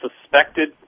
suspected